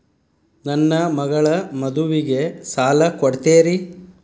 ನನ್ನ ಮಗಳ ಮದುವಿಗೆ ಸಾಲ ಕೊಡ್ತೇರಿ?